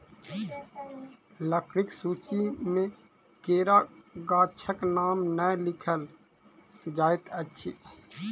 लकड़ीक सूची मे केरा गाछक नाम नै लिखल जाइत अछि